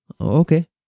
Okay